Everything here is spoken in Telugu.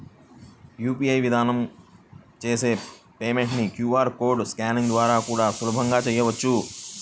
యూ.పీ.ఐ విధానం చేసే పేమెంట్ ని క్యూ.ఆర్ కోడ్ స్కానింగ్ ద్వారా కూడా సులభంగా చెయ్యొచ్చు